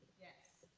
yes.